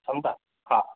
समिझा हा